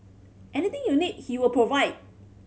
anything you need he will provide